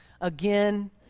again